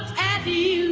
that the